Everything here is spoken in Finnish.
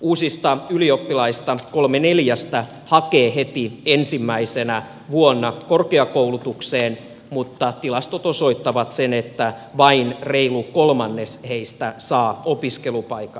uusista ylioppilaista kolme neljästä hakee heti ensimmäisenä vuonna korkeakoulutukseen mutta tilastot osoittavat sen että vain reilu kolmannes heistä saa opiskelupaikan